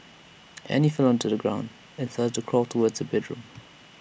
Annie fell onto the floor and started to crawl towards her bedroom